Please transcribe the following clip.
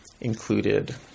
included